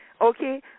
okay